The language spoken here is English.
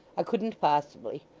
i couldn't possibly.